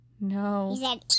No